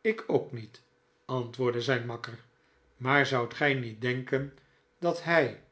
ik ook niet antwoordde zijn makker maar zoudt gij niet denken dat hij